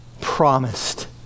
promised